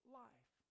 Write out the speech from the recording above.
life